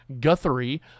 Guthrie